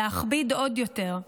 להכביד עוד יותר.